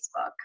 Facebook